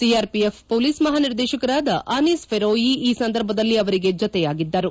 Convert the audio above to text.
CRPF police ಮಹಾ ನಿರ್ದೇಶಕರಾದ ಅನೀಸ್ ಫೆರೋಯಿ ಈ ಸಂದರ್ಭದಲ್ಲಿ ಅವರಿಗೆ ಜತೆಯಾಗಿದ್ದರು